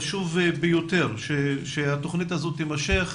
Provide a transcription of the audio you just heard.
חשוב ביותר שהתוכנית הזאת תימשך.